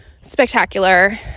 spectacular